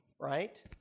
right